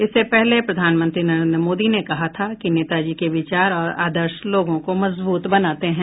इससे पहले प्रधानमंत्री नरेन्द्र मोदी ने कहा था कि नेताजी के विचार और आदर्श लोगों को मजबूत बनाते हैं